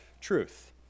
truth